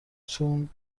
تون